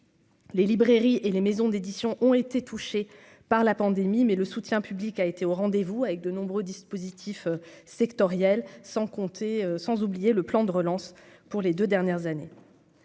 Les librairies et les maisons d'édition ont été touchés par la pandémie, mais le soutien public, a été au rendez-vous avec de nombreux dispositifs sectorielles, sans compter, sans oublier le plan de relance pour les 2 dernières années.